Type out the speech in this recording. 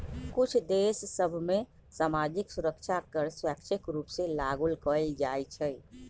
कुछ देश सभ में सामाजिक सुरक्षा कर स्वैच्छिक रूप से लागू कएल जाइ छइ